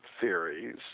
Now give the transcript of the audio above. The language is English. theories